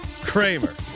Kramer